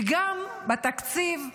וגם בתקציב,